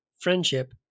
friendship